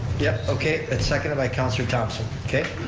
yep, okay, that's seconded by councilor thomson. okay,